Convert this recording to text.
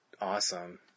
awesome